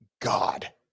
God